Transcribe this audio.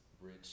rich